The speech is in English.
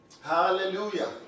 Hallelujah